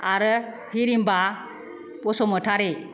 आरो हिरिम्बा बसुमतारी